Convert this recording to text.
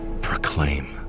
proclaim